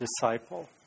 disciple